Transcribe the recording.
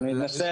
אני מקווה